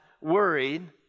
worried